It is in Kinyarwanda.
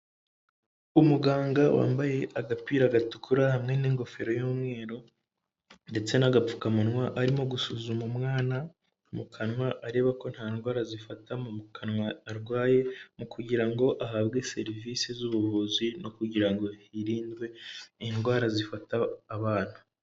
Umuganga wambaye agapira gatukura hamwe n'ingofero y'umweru, ndetse n'agapfukamunwa. Arimo gusuzuma umwana mu kanwa areba ko nta ndwara zifata mu kanwa arwaye, mu kugira ngo ahabwe serivisi z'ubuvuzi, no kugira ngo hirindwe indwara zifata abana.